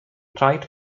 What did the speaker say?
rhaid